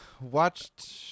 Watched